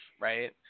right